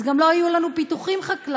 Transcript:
אז גם לא יהיו לנו פיתוחים חקלאיים.